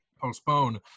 postpone